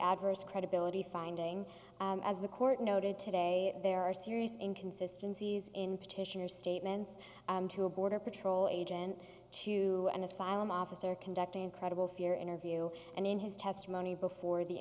adverse credibility finding as the court noted today there are serious inconsistency in petitioner statements to a border patrol agent to an asylum officer conducting a credible fear interview and in his testimony before the